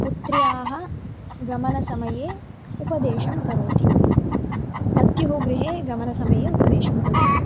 पुत्र्याः गमनसमये उपदेशं करोति पत्युः गृहे गमनसमये उपदेशं करोति